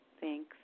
Thanks